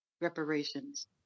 reparations